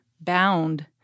bound